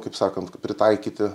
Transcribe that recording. kaip sakant pritaikyti